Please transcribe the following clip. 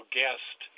guest